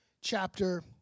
chapter